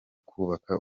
kubaka